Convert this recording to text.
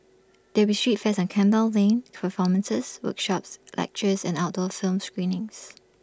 there will be street fairs on Campbell lane performances workshops lectures and outdoor film screenings